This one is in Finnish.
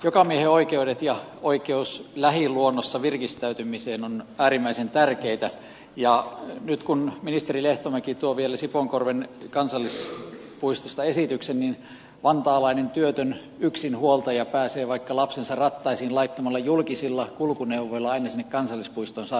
jokamiehenoikeudet ja oikeus lähiluonnossa virkistäytymiseen ovat äärimmäiset tärkeitä ja nyt kun ministeri lehtomäki tuo vielä sipoonkorven kansallispuistosta esityksen vantaalainen työtön yksinhuoltaja pääsee vaikka lapsensa rattaisiin laittamalla julkisilla kulkuneuvoilla aina sinne kansallispuistoon saakka ja hyvä näin